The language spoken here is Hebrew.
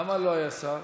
למה לא היה שר?